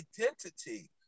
identity